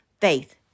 faith